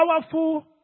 powerful